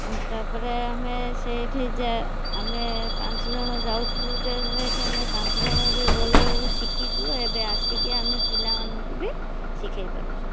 ତାପରେ ଆମେ ସେଇଠି ଆମେ ପାଞ୍ଚଜଣ ଯାଉଥିଲୁ ଯେ ସେଇଠି ଆମେ ପାଞ୍ଚଜଣ ବି ଭଲଭାବେ ଶିଖିଛୁ ଏବେ ଆସିକି ଆମେ ପିଲାମାନଙ୍କୁ ବି ଶିଖେଇ ପାରୁଛୁ